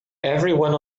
everyone